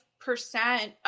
percent